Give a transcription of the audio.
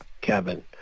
Kevin